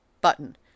button